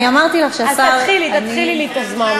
אני אמרתי לך שהשר, אז תתחילי לי את הזמן,